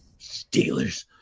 Steelers